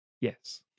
Yes